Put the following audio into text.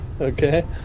okay